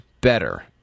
better